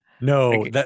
No